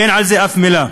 אין על זה אף מילה.